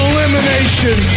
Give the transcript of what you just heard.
Elimination